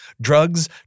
drugs